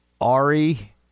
Ari